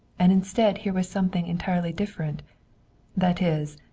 and instead here was something entirely different that is,